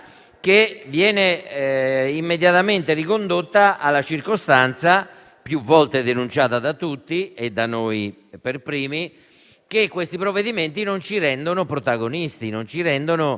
che viene immediatamente ricondotta alla circostanza, più volte denunciata da tutti e da noi per primi, che questi provvedimenti non ci rendono protagonisti, consapevoli